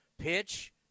pitch